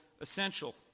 essential